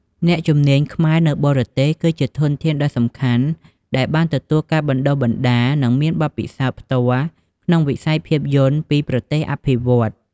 អ្នកជំនាញខ្មែរនៅបរទេស គឺជាធនធានដ៏សំខាន់ដែលបានទទួលការបណ្តុះបណ្តាល និងមានបទពិសោធន៍ផ្ទាល់ក្នុងវិស័យភាពយន្តពីប្រទេសអភិវឌ្ឍន៍។